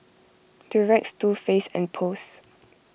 Durex Too Faced and Post